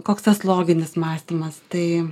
koks tas loginis mąstymas tai